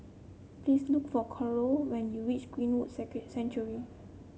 please look for Karol when you reach Greenwood Sanctuary